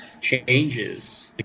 changes